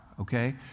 okay